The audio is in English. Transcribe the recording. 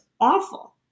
awful